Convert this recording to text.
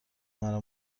مرا